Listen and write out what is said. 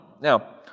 Now